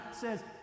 says